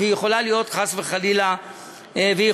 ויכולה להיות חס וחלילה להפך.